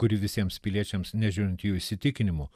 kuri visiems piliečiams nežiūrint jų įsitikinimų